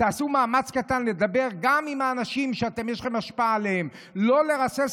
תעשו מאמץ קטן לדבר עם האנשים שיש לכם השפעה עליהם לא לרסס